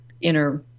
inner